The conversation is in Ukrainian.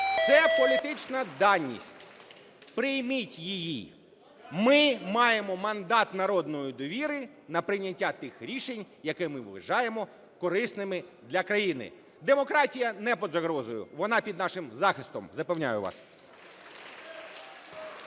це політична даність, прийміть її. Ми маємо мандат народної довіри на прийняття тих рішень, які ми вважаємо корисними для країни. Демократія не під загрозою, вона під нашим захистом, запевняю вас.